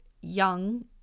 young